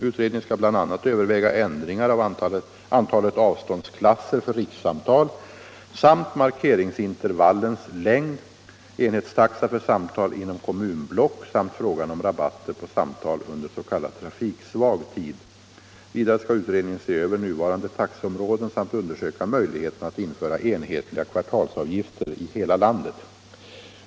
Utredningen skall bl.a. överväga ändringar av antalet avståndsklasser för rikssamtal samt markeringsintervallens längd, enhetstaxa för samtal inom kommunblock samt frågan om rabatter på samtal under s.k. trafiksvag tid. Vidare skall utredningen se över nuvarande taxeområden samt undersöka möjligheten att införa enhetliga kvartalsavgifter i hela landet.